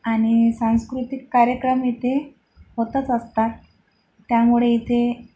आणि सांस्कृतिक कार्यक्रम इथे होतच असतात त्यामुळे इथे